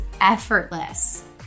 effortless